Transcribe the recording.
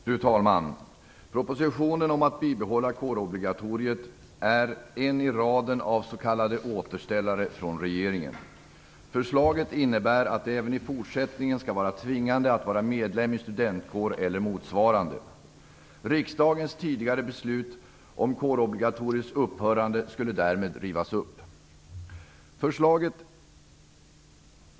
Herr talman! Propositionen om att kårobligatoriet skall bibehållas är en i raden av s.k. återställare från regeringen. Förslaget innebär att det även i fortsättningen skall vara tvingande att vara medlem i studentkår eller motsvarande. Riksdagens tidigare beslut om kårobligatoriets upphörande skulle därmed rivas upp.